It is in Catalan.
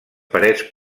parets